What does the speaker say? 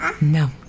No